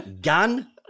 Gun